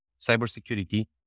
cybersecurity